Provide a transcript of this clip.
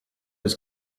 was